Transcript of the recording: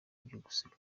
byukusenge